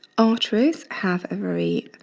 arteries have very